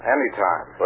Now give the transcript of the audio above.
Anytime